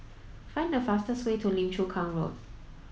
find the fastest way to Lim Chu Kang Road